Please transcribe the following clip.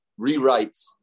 rewrites